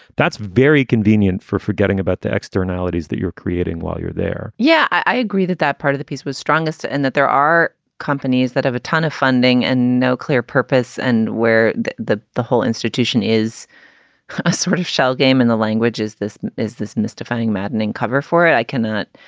that's very convenient for forgetting about the externalities that you're creating while you're there yeah, i agree that that part of the piece was strongest in and that there are companies that have a ton of funding and no clear purpose and where the the the whole institution is a sort of shell game and the language is this is this mystifying, maddening cover for it. i cannot.